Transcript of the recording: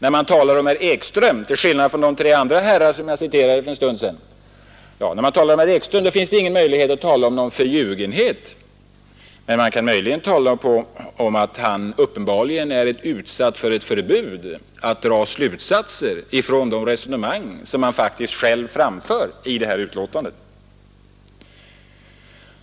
I samband med herr Ekström kan man, till skillnad från vad som kan gälla de tre andra herrar jag citerade för en stund sedan, inte tala om förljugenhet. Man kan möjligen tala om att han uppenbarligen är utsatt för ett förbud att dra slutsatser från det resonemang som han faktiskt själv framför i betänkandet.